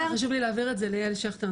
חשוב לי להעביר את זכות הדיבור ליעל שכטר,